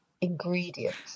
ingredients